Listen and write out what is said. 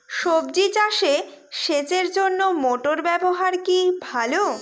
সবজি চাষে সেচের জন্য মোটর ব্যবহার কি ভালো?